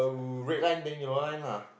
the red line then yellow line lah